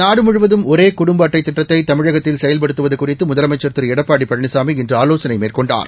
நாடு முழுவதும் ஒரே குடும்ப அட்டை திட்டத்தை தமிழகத்தில் செயல்படுததுவது குறித்து முதலமைச்சி திரு எடப்பாடி பழனிசாமி இன்று ஆலோசனை மேற்கொண்டார்